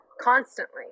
constantly